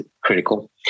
critical